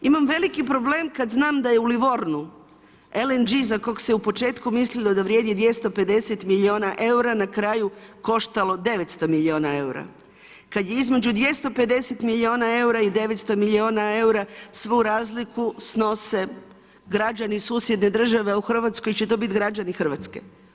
Imam veliki problem kad znam da je u Livorgnu LNG za kog se u početku mislilo da vrijedi 250 miliona eura na kraju koštalo 900 miliona eura, kad je između 150 miliona eura i 900 miliona eura svu razliku snose građani susjedne države, u Hrvatskoj će to biti građani Hrvatske.